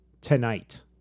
tonight